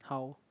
how